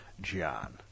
John